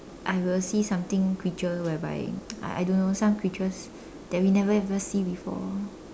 I will see something creature whereby I I don't know some creatures that we never even see before